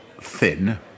thin